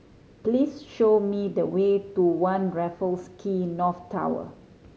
please show me the way to One Raffles Quay North Tower